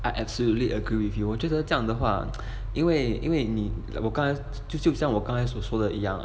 I absolutely agree with you 我觉得这样的话因为因为你我刚才就就像我刚所说的一样